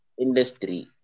industry